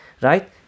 right